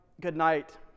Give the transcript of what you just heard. goodnight